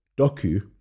Doku